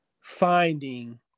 finding